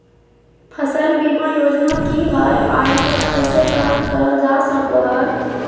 फसल बीमा योजना की हय आ एकरा कैसे प्राप्त करल जा सकों हय?